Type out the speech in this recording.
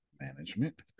management